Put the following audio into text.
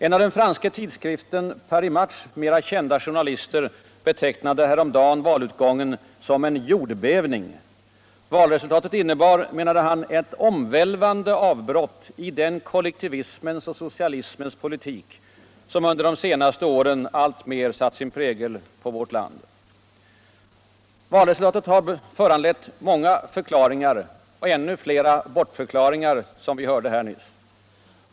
En av den franska tidskriften Paris Matchs mera kända journalister betecknade häromdagen valutgången som en jordbävning. Valresultatet innebar, menade han, ett omviälvande avbrott i den kollektivismens och sociulismens poliuk som under de senaste åren alltmer satt sin prägel på vårt land. Valutgången har föranlett många förklaringar och iännu Ner bortförklaringar. som vi hörde här nyss.